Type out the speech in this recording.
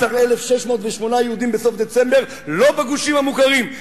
14,608 יהודים בסוף דצמבר, לא בגושים המוכרים.